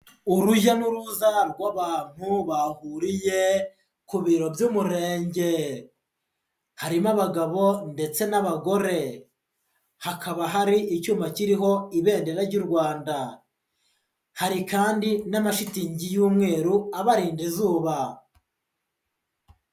Urujya n'uruza rw'abantu bahuriye ku biro by'umurenge, harimo abagabo ndetse n'abagore, hakaba hari icyuma kiriho Ibendera ry'u Rwanda, hari kandi n'amashitingi y'umweru abarinda izuba.